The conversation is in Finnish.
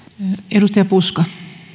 arvoisa